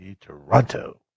Toronto